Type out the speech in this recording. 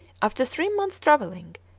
after three months' travelling,